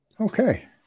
Okay